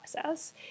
process